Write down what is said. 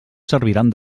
serviran